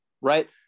right